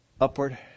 Upward